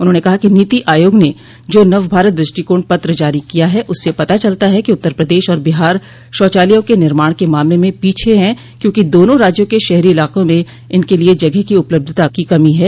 उन्होंने कहा कि नीति आयोग ने जो नव भारत दृष्टिकोण पत्र जारी किया है उससे पता चलता है कि उत्तर प्रदेश और बिहार शौचालयों के निर्माण के मामले में पीछे हैं क्योंकि दोनों राज्यों के शहरी इलाकों में इनके लिए जगह की उपलब्धता की कमी है